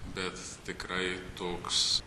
bet tikrai toks